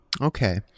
Okay